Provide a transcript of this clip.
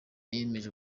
yemeje